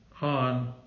on